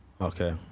Okay